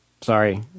sorry